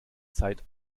zeit